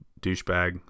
douchebag